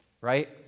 right